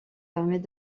permettent